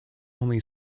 only